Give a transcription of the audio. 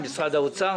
עם משרד האוצר,